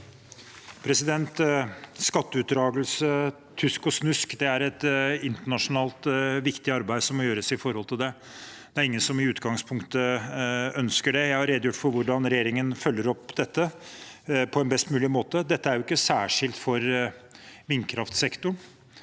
skatteunndragelse, tusk og snusk, må det gjøres et internasjonalt og viktig arbeid med det. Det er ingen som i utgangspunktet ønsker det. Jeg har redegjort for hvordan regjeringen følger opp dette på en best mulig måte. Dette er ikke noe særskilt for vindkraftsektoren,